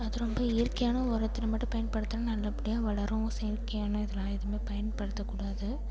அது ரொம்ப இயற்கையான உரத்துல மட்டும் பயன்படுத்துனா நல்லபடியா வளரும் செயற்கையான இதெலாம் எதுவுமே பயன்படுத்தக்கூடாது